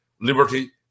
liberty